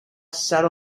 sat